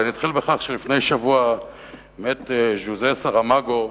אני אתחיל בכך שלפני שבוע מת ז'וזה סאראמאגו,